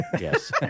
yes